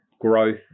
growth